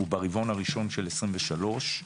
וברבעון הראשון של 2023,